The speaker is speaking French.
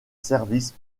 service